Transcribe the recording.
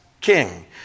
king